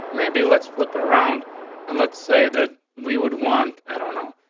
maybe let's flip it around and let's say that we would want i don't know,